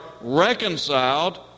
reconciled